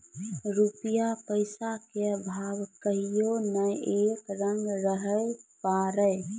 रूपया पैसा के भाव कहियो नै एक रंग रहै पारै